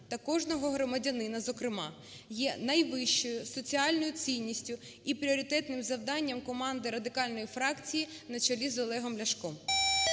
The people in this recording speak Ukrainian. та кожного громадянина зокрема – є найвищою соціальною цінністю і пріоритетним завданням команди радикальної фракції на чолі з Олегом Ляшком.